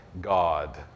God